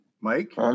Mike